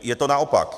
Je to naopak.